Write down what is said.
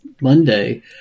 Monday